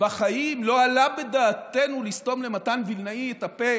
בחיים לא עלה בדעתנו לסתום למתן וילנאי את הפה